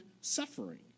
suffering